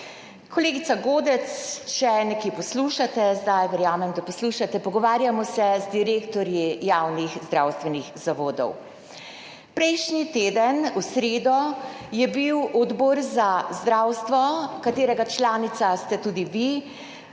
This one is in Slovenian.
Kolegica Godec, če nekje poslušate, verjamem, da poslušate, pogovarjamo se z direktorji javnih zdravstvenih zavodov. Prejšnji teden v sredo je bil Odbor za zdravstvo, katerega članica ste tudi vi,